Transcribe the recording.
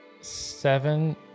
seven